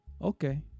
okay